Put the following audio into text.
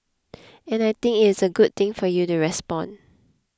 and I think it's a good thing for you to respond